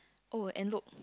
oh and look